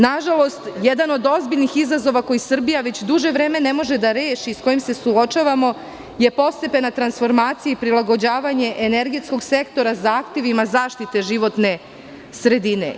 Nažalost, jedan od ozbiljnih izazova koji Srbija već duže vreme ne može da reši i s kojim se suočavamo je postepena transformacija i prilagođavanje energetskog sektora zahtevima zaštite životne sredine.